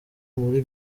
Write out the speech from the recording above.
muri